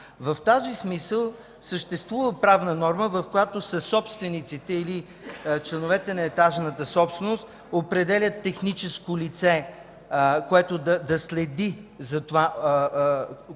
В този смисъл съществува правна норма, според която съсобствениците или членовете на етажната собственост определят техническо лице, което да следи за това